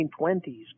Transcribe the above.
1920s